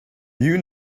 you